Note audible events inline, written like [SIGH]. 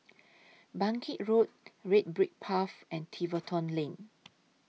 Bangkit Road Red Brick Path and Tiverton [NOISE] Lane